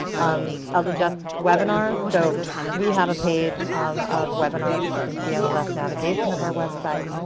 um elder justice webinars, so we have a page um of webinars that you can see on the left navigation of our website.